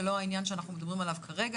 זה לא העניין שאנחנו מדברים עליה כרגע,